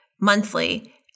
monthly